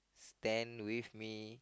stand with me